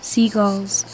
Seagulls